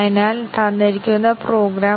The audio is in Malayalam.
ഇത് തെറ്റാണ് ഇത് ശരിയാണ്